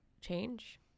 change